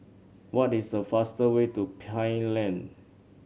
what is the fastest way to Pine Lane